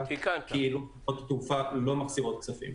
כאילו חברות התעופה לא מחזירות כספים.